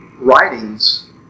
writings